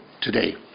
today